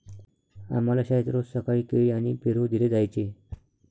आम्हाला शाळेत रोज सकाळी केळी आणि पेरू दिले जायचे